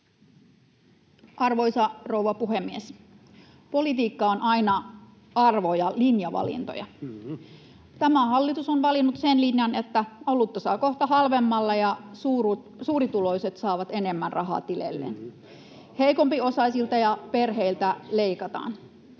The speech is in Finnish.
Arvoisa rouva puhemies! Politiikka on aina arvo- ja linjavalintoja. Tämä hallitus on valinnut sen linjan, että olutta saa kohta halvemmalla ja suurituloiset saavat enemmän rahaa tileilleen. [Vasemmalta: Kyllä, näin on!] Heikompiosaisilta ja perheiltä leikataan.